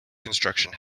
construction